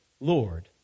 Lord